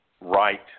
right